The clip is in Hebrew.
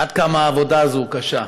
עד כמה העבודה הזו קשה,